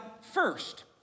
first